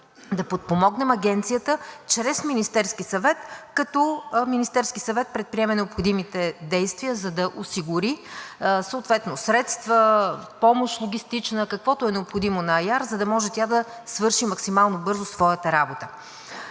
да подпомогнем Агенцията чрез Министерския съвет, като Министерският съвет предприеме необходимите действия, за да осигури съответно средства, логистична помощ – каквото е необходимо на АЯР, за да може тя да свърши максимално бързо своята работа.